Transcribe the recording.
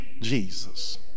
Jesus